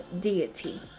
deity